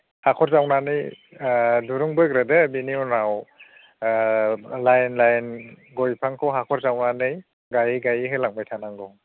हाखर जावनानै ओ दुरुं बोग्रोदो बिनि उनाव ओ लाइन लाइन गय बिफांखौ हाखर जावनानै गायै गायै होलांबाय थानांगौ